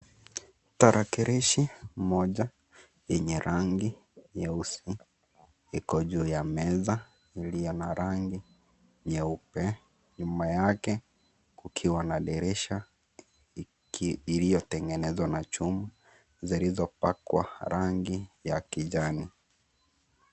Tarakilishi mmoja yenye rangi, nyeusi iko juu ya meza iliyo na rangi nyeupe. Nyuma yake kukiwa na dirisha iliyotengenezwa na chuma zilizopakwa rangi ya kijani.